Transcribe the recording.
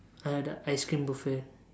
I had a ice cream buffet